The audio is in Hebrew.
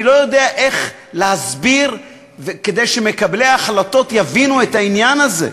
אני לא יודע איך להסביר כדי שמקבלי ההחלטות יבינו את העניין הזה.